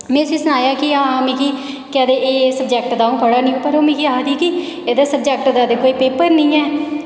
में उसी सनाया कि आं मिकी कैह्दे एह् सब्जैक्ट दा अ'ऊं पढ़ा दी ते ओह् मिगी आखदी कि एह्दे सब्जैक्ट दा ते कोई पेपर नी ऐ